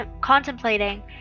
contemplating